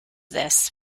this